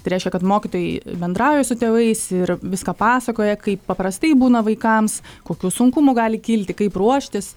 tai reiškia kad mokytojai bendrauja su tėvais ir viską pasakoja kaip paprastai būna vaikams kokių sunkumų gali kilti kaip ruoštis